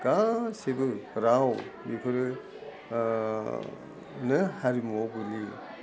गासिबो राव बिफोरो नो हारिमुवाव गोलैयो